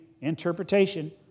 interpretation